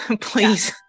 Please